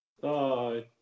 Bye